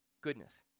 Goodness